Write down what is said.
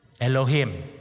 Elohim